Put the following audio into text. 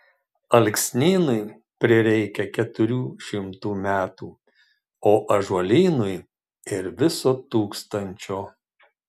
alksnynui prireikia keturių šimtų metų o ąžuolynui ir viso tūkstančio